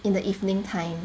in the evening time